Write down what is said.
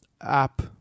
app